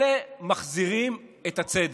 אלה מחזירים את הצדק.